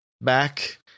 back